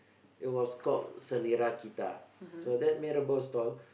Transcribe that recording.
it was called Selara-Kita so that mee-rebus store